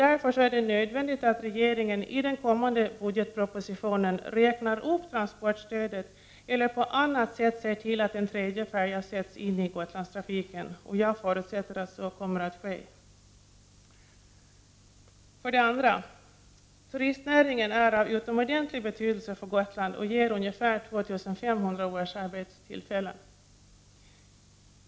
Därför är det nödvändigt att regeringen i den kommande budgetpropositionen räknar upp transportstödet eller på annat sätt ser till att en tredje färja sätts in i Gotlandstrafiken. Jag förutsätter att så kommer att ske. För det andra: Turistnäringen är av utomordentlig betydelse för Gotland och ger ca 2500 årsarbetstillfällen.